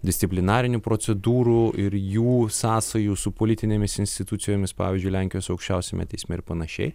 disciplinarinių procedūrų ir jų sąsajų su politinėmis institucijomis pavyzdžiui lenkijos aukščiausiame teisme ir panašiai